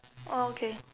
oh okay